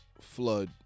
flood